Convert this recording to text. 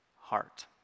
heart